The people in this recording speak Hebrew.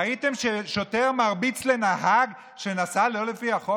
ראיתם ששוטר מרביץ לנהג שנסע לא לפי החוק?